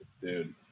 Dude